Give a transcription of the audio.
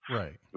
right